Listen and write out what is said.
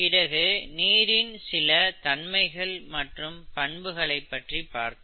பிறகு நீரின் சில தன்மைகள் மற்றும் பண்புகளைப் பற்றி பார்த்தோம்